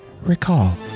recall